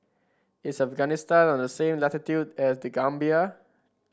is Afghanistan on the same latitude as The Gambia